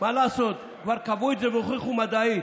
מה לעשות, כבר קבעו את זה והוכיחו מדעית